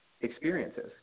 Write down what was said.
experiences